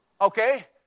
Okay